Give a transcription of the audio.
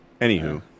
Anywho